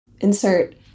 Insert